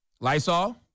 Lysol